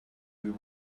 you